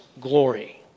glory